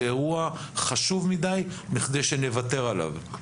זה אירוע חשוב מדיי מכדי שנוותר עליו.